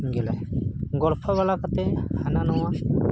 ᱮᱱ ᱜᱮᱞᱮ ᱜᱚᱞᱯᱷᱚ ᱵᱟᱲᱟ ᱠᱟᱛᱮᱫ ᱦᱟᱱᱟ ᱱᱚᱣᱟ